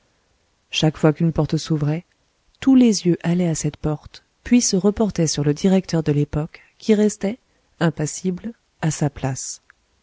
chaque fois qu'une porte s'ouvrait tous les yeux allaient à cette porte puis se reportaient sur le directeur de l'époque qui restait impassible à sa place